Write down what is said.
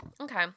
Okay